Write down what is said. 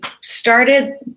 started